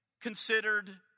considered